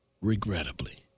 Regrettably